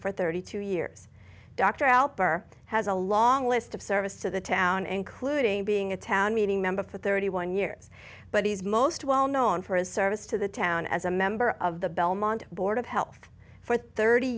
for thirty two years dr alper has a long list of service to the town including being a town meeting member for thirty one years but he's most well known for his service to the town as a member of the belmont board of health for thirty